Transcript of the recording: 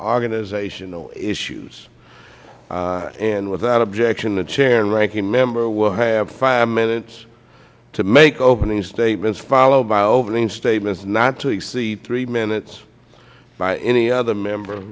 organizational issues without objection the chair and ranking member will have five minutes to make opening statements followed by opening statements not to exceed three minutes by any other member